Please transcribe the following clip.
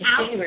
out